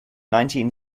nineteen